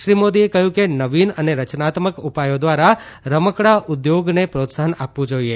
શ્રી મોદીએ કહ્યું કે નવીન અને રચનાત્મક ઉપાયો દ્વારા રમકડાં ઉદ્યોગને પ્રોત્સાહન આપવું જોઈએ